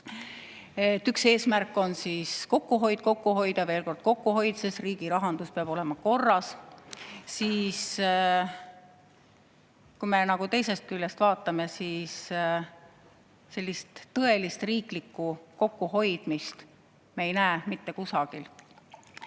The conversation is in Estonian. üks eesmärk: kokkuhoid, kokkuhoid ja veel kord kokkuhoid, sest riigi rahandus peab olema korras. Aga kui me teisest küljest vaatame, siis sellist tõelist riiklikku kokkuhoidmist me ei näe mitte kusagil.